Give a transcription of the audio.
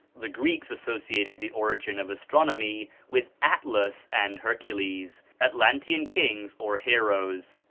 the greeks associated the origin of astronomy with atlas and hercules, atlantean kings or heroes.